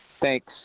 thanks